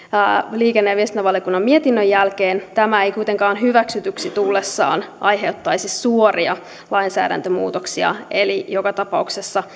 liikenne ja viestintävaliokunnan mietinnön jälkeen tämä ei kuitenkaan hyväksytyksi tullessaan aiheuttaisi suoria lainsäädäntömuutoksia eli joka tapauksessa